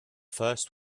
first